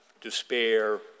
despair